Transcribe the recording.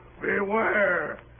Beware